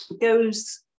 goes